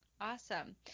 awesome